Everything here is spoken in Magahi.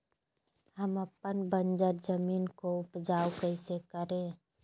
हम अपन बंजर जमीन को उपजाउ कैसे करे?